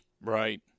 right